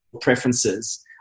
preferences